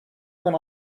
when